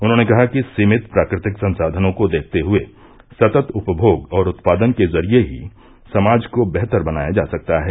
उन्होंने कहा कि सीमित प्राकृ तिक संसाधनों को देखते हुए सतत उपभोग और उत्पादन के जरिये ही समाज को बेहतर बनाया जा सकता है